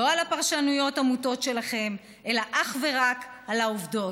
לא על הפרשנויות המוטות שלכם אלא אך ורק על העובדות.